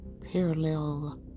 parallel